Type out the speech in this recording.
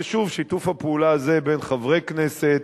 ושוב, שיתוף הפעולה הזה בין חברי כנסת,